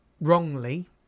wrongly